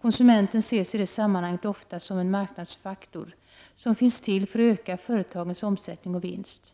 Konsumenten ses i det sammanhanget oftast som en marknadsfaktor, som finns till för att öka företagens omsättning och vinst.